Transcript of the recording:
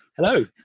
Hello